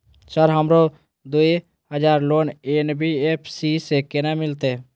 Sir हमरो दूय हजार लोन एन.बी.एफ.सी से केना मिलते?